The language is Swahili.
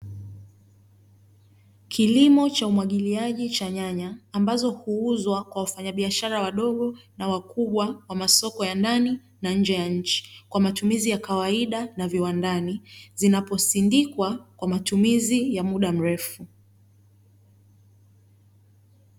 Kilimo cha umwagiliaji cha nyanya, ambazo huuzwa kwa wafanya biashara wadogo na wakubwa wa masoko ya ndani na nje ya nchi, kwa matumizi ya kawaida na viwandani, zinaposindikwa kwa matumizi ya muda mrefu.